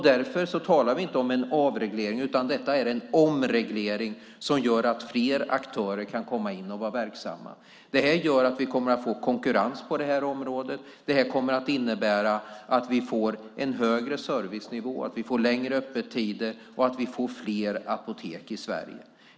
Därför talar vi inte om en avreglering, utan detta är en omreglering som gör att fler aktörer kan komma in och vara verksamma. Detta gör att vi kommer att få konkurrens på det här området. Det här kommer att innebära att vi får en högre servicenivå, att vi får längre öppettider och att vi får fler apotek i Sverige.